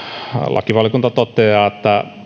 lakivaliokunta toteaa että kun